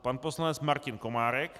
Pan poslanec Martin Komárek.